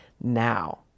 now